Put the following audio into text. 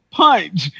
punch